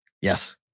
Yes